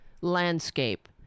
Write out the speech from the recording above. landscape